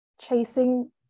chasing